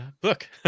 book